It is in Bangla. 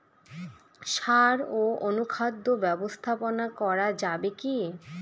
সাড় ও অনুখাদ্য ব্যবস্থাপনা করা যাবে কি?